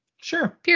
sure